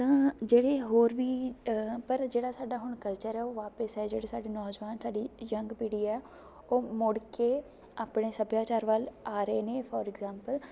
ਤਾਂ ਜਿਹੜੇ ਹੋਰ ਵੀ ਪਰ ਜਿਹੜਾ ਸਾਡਾ ਹੁਣ ਕਲਚਰ ਹੈ ਉਹ ਵਾਪਿਸ ਹੈ ਜਿਹੜੇ ਸਾਡੇ ਨੌਜਵਾਨ ਸਾਡੇ ਯੰਗ ਪੀੜ੍ਹੀ ਹੈ ਉਹ ਮੁੜ ਕੇ ਆਪਣੇ ਸੱਭਿਆਚਾਰ ਵੱਲ ਆ ਰਹੇ ਨੇ ਫੌਰ ਇਗਜ਼ਾਮਪਲ